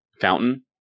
fountain